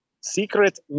secret